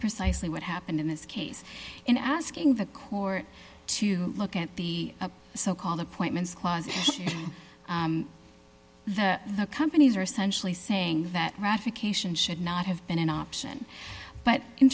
precisely what happened in this case in asking the court to look at the so called appointments clause the the companies are essentially saying that ratification should not have been an option but in